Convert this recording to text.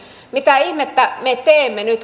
mitä ihmettä me teemme nyt